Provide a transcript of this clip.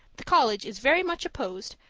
the college is very much opposed,